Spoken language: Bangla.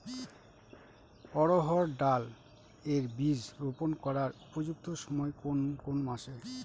অড়হড় ডাল এর বীজ রোপন করার উপযুক্ত সময় কোন কোন মাস?